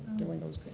doing those